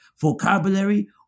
vocabulary